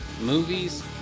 movies